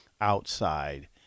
outside